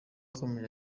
yakomeje